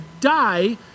die